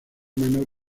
menor